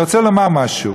אני רוצה לומר משהו: